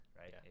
right